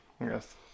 Yes